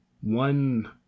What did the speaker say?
one